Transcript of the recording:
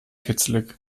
kitzelig